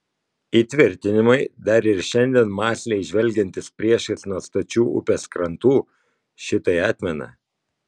įtvirtinimai dar ir šiandien mąsliai žvelgiantys priešais nuo stačių upės krantų šitai atmena